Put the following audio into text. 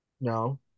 No